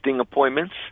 appointments